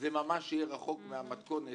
זה ממש יהיה רחוק מהמתכונת